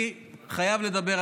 אני חייב לדבר.